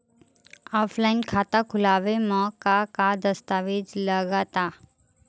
Offline खाता खुलावे म का का दस्तावेज लगा ता?